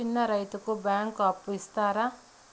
చిన్న రైతుకు బ్యాంకు అప్పు ఇస్తారా?